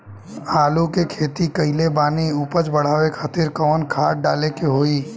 आलू के खेती कइले बानी उपज बढ़ावे खातिर कवन खाद डाले के होई?